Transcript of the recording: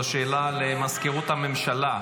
זו שאלה למזכירות הממשלה,